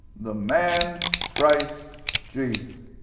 the man christ jesus.